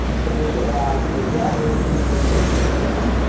to get your wine, to be a gladiator, but did you read to your kids tonight?